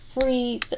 free